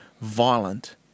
violent